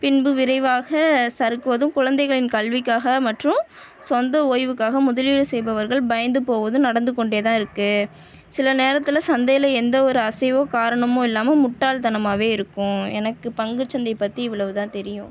பின்பு விரைவாக சறுக்குவதும் குழந்தைகளின் கல்விக்காக மற்றும் சொந்த ஒய்வுக்காக முதலீடு செய்பவர்கள் பயந்து போகுது நடந்துகொண்டே தான் இருக்குது சில நேரத்தில் சந்தையில் எந்த அசைவோ காரணமோ இல்லாமல் முட்டாள் தனமாகவே இருக்கும் எனக்கு பங்குச்சந்தை பற்றி இவ்வளோதான் தெரியும்